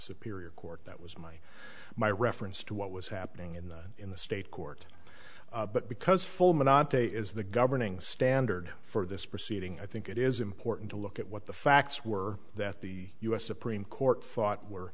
superior court that was my my reference to what was happening in the in the state court but because fulminant day is the governing standard for this proceeding i think it is important to look at what the facts were that the u s supreme court fought were